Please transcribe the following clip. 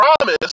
promise